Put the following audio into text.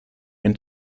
ein